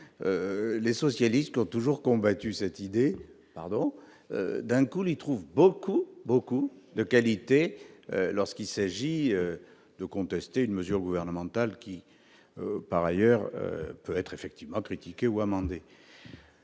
les socialistes ont toujours combattu cette idée, ils lui trouvent soudainement beaucoup de qualités lorsqu'il s'agit de contester une mesure gouvernementale qui, par ailleurs, peut effectivement être critiquée ou amendée.